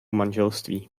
manželství